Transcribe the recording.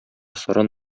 саран